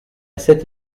cet